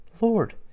Lord